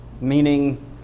meaning